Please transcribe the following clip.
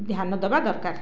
ଧ୍ୟାନ ଦେବା ଦରକାର